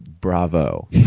bravo